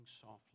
softly